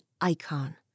icon